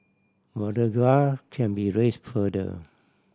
can be raise further